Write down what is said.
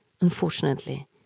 Unfortunately